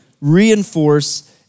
reinforce